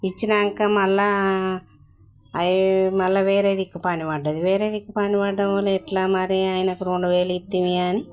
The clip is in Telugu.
ఇచ్చినాక మరల మరల వేరే దిక్కు పనిబడ్డది వేరే దిక్కు పనిబడ్డం ఎట్ల మరి ఆయనకు రెండువేలు ఇచ్చినాం అని